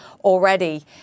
already